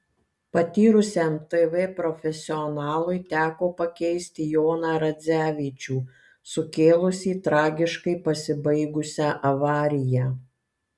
patyrusiam tv profesionalui teko pakeisti joną radzevičių sukėlusį tragiškai pasibaigusią avariją